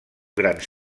grans